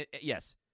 yes